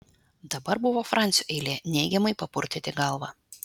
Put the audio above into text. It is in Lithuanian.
dabar buvo francio eilė neigiamai papurtyti galvą